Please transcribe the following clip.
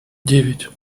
девять